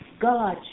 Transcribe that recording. God